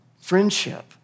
friendship